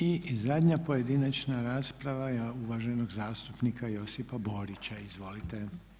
I zadnja pojedinačna rasprava je uvaženog zastupnika Josipa Borića, izvolite.